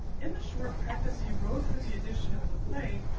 in the short preface he wrote for the edition of the play,